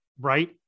right